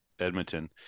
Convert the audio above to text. Edmonton